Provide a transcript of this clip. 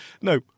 no